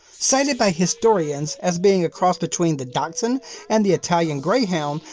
cited by historians as being a cross between the dachshund and the italian greyhound,